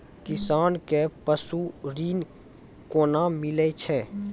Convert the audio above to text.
किसान कऽ पसु ऋण कोना मिलै छै?